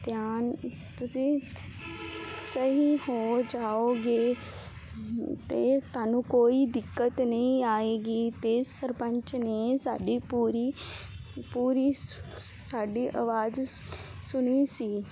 ਧਿਆਨ ਤੁਸੀਂ ਸਹੀ ਹੋ ਜਾਓਗੇ ਤਾਂ ਤੁਹਾਨੂੰ ਕੋਈ ਦਿੱਕਤ ਨਹੀਂ ਆਵੇਗੀ ਅਤੇ ਸਰਪੰਚ ਨੇ ਸਾਡੀ ਪੂਰੀ ਪੂਰੀ ਸੁ ਸਾਡੀ ਆਵਾਜ਼ ਸੁਨੀ ਸੀ